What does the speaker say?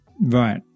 Right